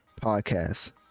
Podcast